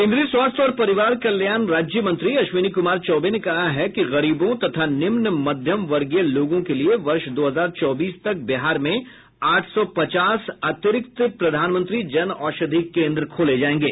केंद्रीय स्वास्थ्य और परिवार कल्याण राज्य मंत्री अश्विनी कुमार चौबे ने कहा है कि गरीबों तथा निम्न मध्यमवर्गीय लोगों के लिए वर्ष दो हजार चौबीस तक बिहार में आठ सौ पचास अतिरिक्त प्रधानमंत्री जन औषधि केंद्र खोले जाएंगे